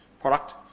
product